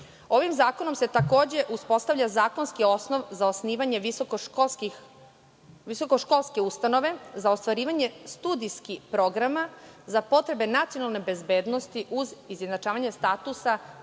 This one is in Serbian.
Ovim zakonom se, takođe, uspostavlja zakonski osnov za osnivanje visokoškolske ustanove za ostvarivanje studijskih programa za potrebe nacionalne bezbednosti, uz izjednačavanje statusa